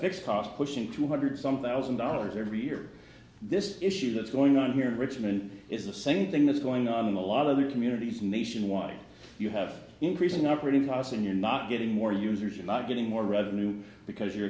cost pushing two hundred some thousand dollars every year this issue that's going on here in richmond is the same thing that's going on in a lot of the communities nationwide you have increasing operating loss and you're not getting more users you're not getting more revenue because you're